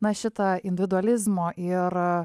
na šitą individualizmo ir